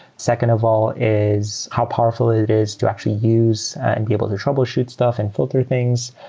second of all is how powerful it is to actually use and be able to troubleshoot stuff and filter things.